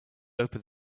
open